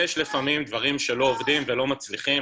יש לפעמים דברים שלא עובדים ולא מצליחים,